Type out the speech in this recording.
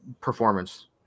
performance